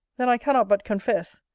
then i cannot but confess,